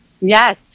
Yes